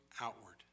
outward